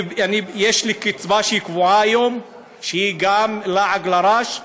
יש קצבה שהיא קבועה היום, גם היא לעג לרש,